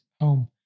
home